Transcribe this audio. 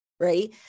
Right